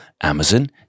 Amazon